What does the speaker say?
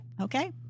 Okay